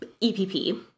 EPP